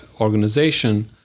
organization